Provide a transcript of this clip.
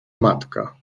matka